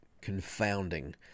confounding